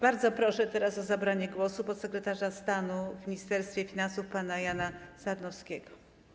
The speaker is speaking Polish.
Bardzo proszę o zabranie głosu podsekretarza stanu w Ministerstwie Finansów pana Jana Sarnowskiego.